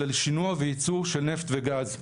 אלא לשינוע וייצור של נפט וגז.